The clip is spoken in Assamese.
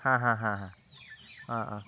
অঁ অঁ